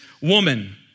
woman